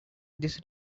this